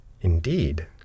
Indeed